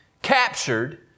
captured